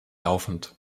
laufend